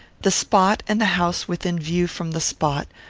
the spot, and the house within view from the spot,